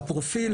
הפרופיל